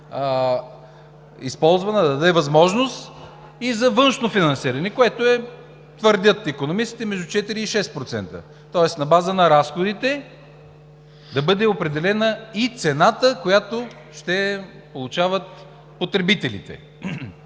използвана, да даде възможност и за външно финансиране, което, твърдят икономистите, е между четири и шест процента, тоест на база на разходите да бъде определена и цената, която ще получават потребителите,